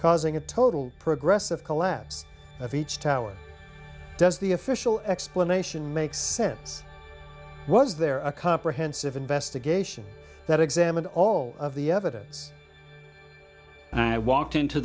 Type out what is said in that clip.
causing a total progressive collapse of each tower does the official explanation make sense was there a comprehensive investigation that examined all of the evidence and i walked into